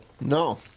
No